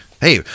Hey